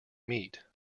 meat